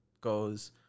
Goes